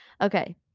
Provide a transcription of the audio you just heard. Okay